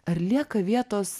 ar lieka vietos